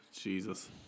Jesus